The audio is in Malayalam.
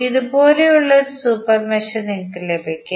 ഇതുപോലുള്ള ഒരു സൂപ്പർ മെഷ് നിങ്ങൾക്ക് ലഭിക്കും